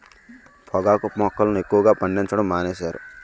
పొగాకు మొక్కలను ఎక్కువగా పండించడం మానేశారు